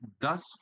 thus